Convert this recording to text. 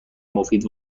مفید